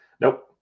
Nope